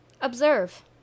Observe